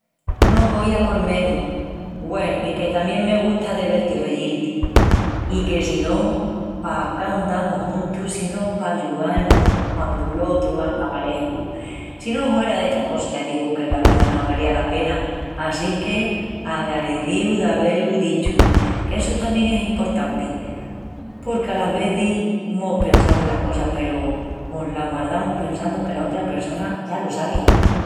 No poía por menus! Güenu, i que tamién me gusta de vel-ti reyil-ti. I que si no, pa qu'andamus juntus si no es pa ayual-mus quandu l'otru anda maleju. Si no huera d'estas cosas te digu que la vida no valía la pena, assinque agralecíu d'avé-lu dichu, qu'essu tamién es emportanti. Porque alas vezis mos pensamus las cosas peru mo.las guardamus pensandu que la otra pressona ya lo sabi.